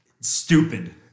stupid